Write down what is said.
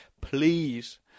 Please